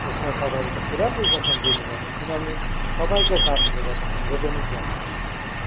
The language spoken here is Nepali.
यसमा तपाईँले त पुरा प्रिकर्सन लिनुपर्ने किनभने तपाईँको कारणले गर्दा हाम्रो पनि ज्यान जानुसक्छ